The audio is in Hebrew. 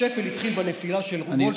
השפל התחיל בנפילה של וול סטריט ב-1929.